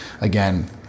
again